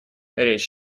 речь